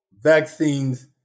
vaccines